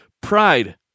Pride